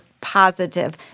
positive